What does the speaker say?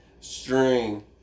string